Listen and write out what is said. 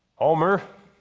homer,